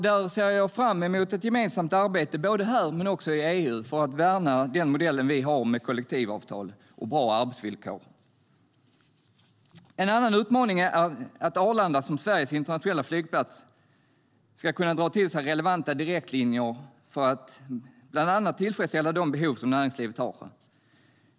Därför ser jag fram emot ett gemensamt arbete både här och i EU för att värna vår modell med kollektivavtal och bra arbetsvillkor. En annan utmaning är att Arlanda som Sveriges internationella flygplats ska kunna dra till sig relevanta direktlinjer för att bland annat tillfredsställa näringslivets behov.